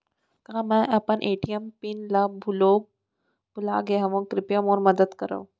मै अपन ATM pin ला भूलागे हव, कृपया मोर मदद करव